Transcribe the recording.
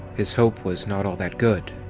his hope was not all that good.